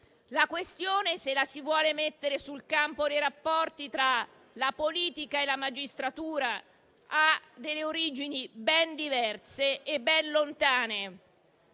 mettere la questione sul campo dei rapporti tra la politica e la magistratura, ha delle origini ben diverse e ben lontane.